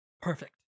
perfect